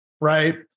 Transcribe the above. Right